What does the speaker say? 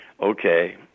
okay